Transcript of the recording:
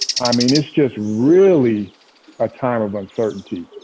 i mean, it's just really a time of uncertainty.